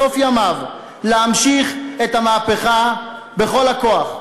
בסוף ימיו, להמשיך את המהפכה בכל הכוח.